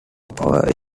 power